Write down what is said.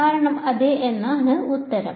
കാരണം അതെ എന്നാണ് ഉത്തരം